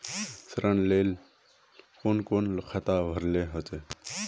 ऋण लेल कोन कोन खाता भरेले होते?